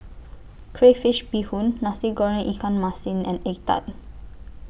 Crayfish Beehoon Nasi Goreng Ikan Masin and Egg Tart